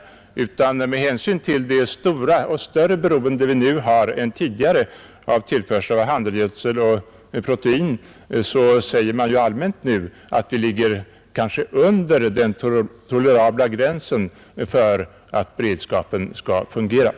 vid universitet och Med hänsyn till det stora — det är betydligt större nu än tidigare — högskolor beroende vi har av tillförsel utifrån av handelsgödsel och protein säger man nu allmänt att vi kanske ligger under den tolerabla produktionsgränsen för en tillfredsställande beredskap.